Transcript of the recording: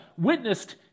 witnessed